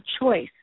choice